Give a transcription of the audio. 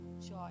Joy